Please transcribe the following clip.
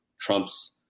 trump's